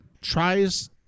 tries